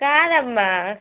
కాదమ్మా